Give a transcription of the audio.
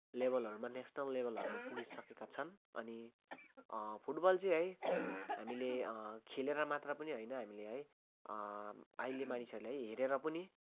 लेवेलहरूमा national लेवेलहरूमा पुगिसकेका छन् अनि फुटबल चाहिँ है हामीले खेलेर मात्र पनि होइन हामीले है अहिले मानिसहरूले हेरेर पनि